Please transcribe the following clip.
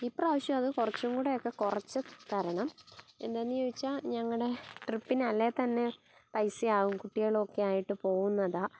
ഇപ്രാവശ്യം അത് കുറച്ചും കൂടി ഒക്കെ കുറച്ച് തരണം എന്താന്ന് ചോദിച്ചാൽ ഞങ്ങളുടെ ട്രിപ്പിനല്ലേത്തന്നെ പൈസയാകും കുട്ടികളൊക്കെ ആയിട്ട് പോകുന്നതാണ്